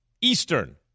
Eastern